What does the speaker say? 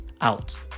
out